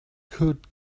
could